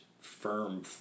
firm